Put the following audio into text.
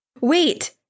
Wait